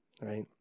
right